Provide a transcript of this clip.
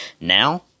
Now